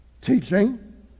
teaching